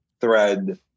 thread